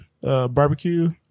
barbecue